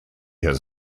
has